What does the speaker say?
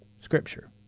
Scripture